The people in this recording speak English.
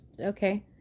Okay